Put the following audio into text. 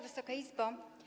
Wysoka Izbo!